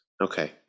Okay